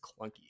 clunky